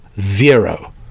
Zero